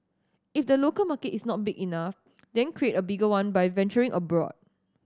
if the local market is not big enough then create a bigger one by venturing abroad